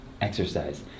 exercise